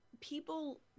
people